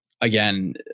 again